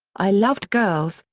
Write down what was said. i loved girls,